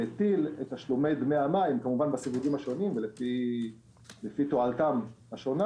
והטיל את תשלומי המים כמובן בסייגים השונים ולפי תועלתם השונה